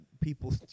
people